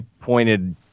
pointed